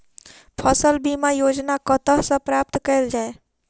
फसल बीमा योजना कतह सऽ प्राप्त कैल जाए?